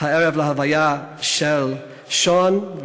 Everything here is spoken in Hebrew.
הערב להלוויה של שון,